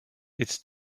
its